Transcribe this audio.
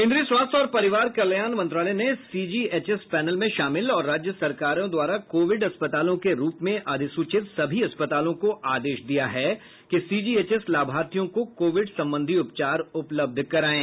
केन्द्रीय स्वास्थ्य और परिवार कल्याण मंत्रालय ने सीजीएचएस पैनल में शामिल और राज्य सरकारों द्वारा कोविड अस्पतालों के रूप में अधिसूचित सभी अस्पतालों को आदेश दिया है कि सीजीएचएस लाभार्थियों को कोविड संबंधी उपचार उपलब्ध करायें